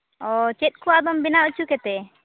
ᱚ ᱪᱮᱫ ᱠᱚ ᱟᱫᱚᱢ ᱵᱮᱱᱟᱣ ᱦᱚᱪᱚ ᱠᱮᱛᱮ